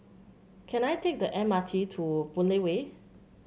can I take the M R T to Boon Lay Way